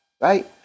Right